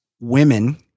women